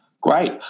Great